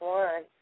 one